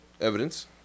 Evidence